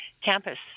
campus